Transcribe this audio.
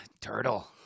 turtle